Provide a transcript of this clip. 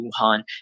Wuhan